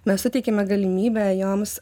mes suteikiame galimybę joms